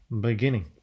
beginning